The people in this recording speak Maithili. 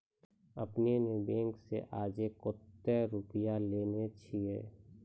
आपने ने बैंक से आजे कतो रुपिया लेने छियि?